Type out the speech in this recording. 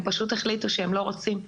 הם פשוט החליטו שהם לא רוצים.